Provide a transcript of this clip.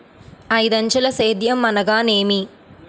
ఐదంచెల సేద్యం అనగా నేమి?